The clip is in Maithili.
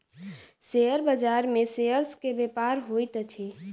शेयर बाजार में शेयर्स के व्यापार होइत अछि